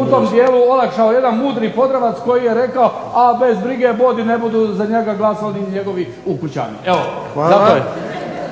u tom dijelu olakšao jedan mudri Podravac koji je rekao a bez brige budi ne budu za njega glasali ni njegovi ukućani. Evo.